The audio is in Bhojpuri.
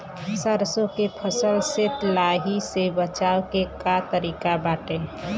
सरसो के फसल से लाही से बचाव के का तरीका बाटे?